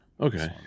Okay